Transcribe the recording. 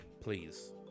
please